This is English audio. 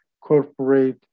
corporate